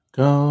go